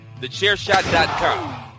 Thechairshot.com